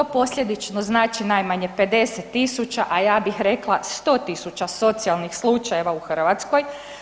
To posljedično znači najmanje 50.000, a ja bih rekla 100.000 socijalnih slučajeva u Hrvatskoj.